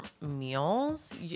meals